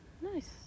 Nice